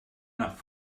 nach